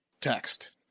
text